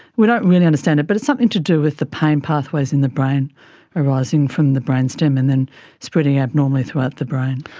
we don't really understand it but it's something to do with the pain pathways in the brain arising from the brain stem and then spreading abnormally throughout the brain.